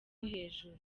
hejuru